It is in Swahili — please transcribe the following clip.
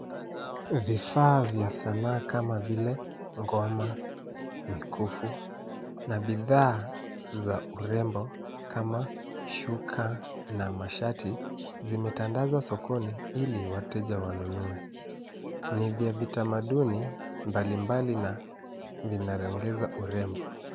Vifaa vya sanaa kama vile ngoma, mikufu na bidhaa za urembo kama shuka na mashati zimetandazwa sokoni ili wateja wanunue. Ni vya vitamaduni mbalimbali na vinaongeza urembo.